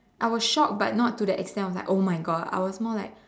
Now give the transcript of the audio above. I was shocked but not the extent like oh my God I was more like